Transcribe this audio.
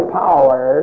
power